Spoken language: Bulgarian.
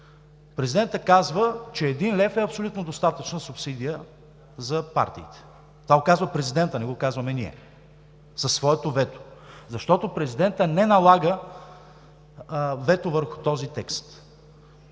Президентът казва, че един лев е абсолютно достатъчна субсидия за партиите – това го казва президентът, не го казваме ние, със своето вето, защото президентът не налага вето върху този текст.